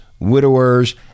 widowers